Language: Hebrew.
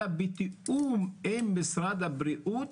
אלא בתיאום עם משרד הבריאות,